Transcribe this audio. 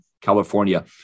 California